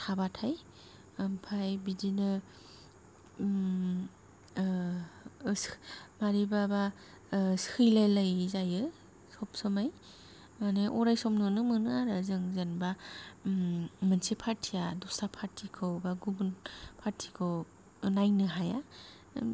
थाबाथाय आमफाय बिदिनो ओस मारैबाबा सैलाय लायै जायो सबसमाय माने अराय सम नुनो मोनो आरो जों जेन'बा मोनसे फार्तिआ दस्रा फार्ति खौ बा गुबुन फार्ति खौ नायनो हाया